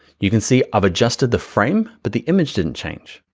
you can see i've adjusted the frame, but the image didn't change,